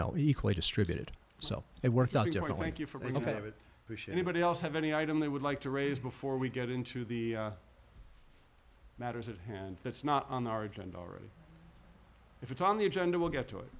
know equally distributed so it worked out you're going to you for anybody else have any item they would like to raise before we get into the matters at hand that's not on our agenda already if it's on the agenda we'll get to it